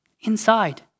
inside